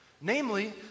Namely